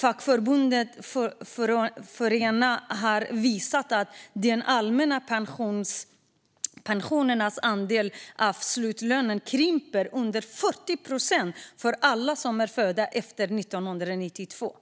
Fackförbundet Forena har visat att den allmänna pensionens andel av slutlönen kryper till under 40 procent för alla som är födda efter 1992.